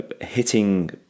hitting